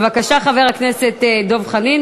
בבקשה, חבר הכנסת דב חנין.